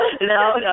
no